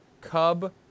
Cub